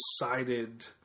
Decided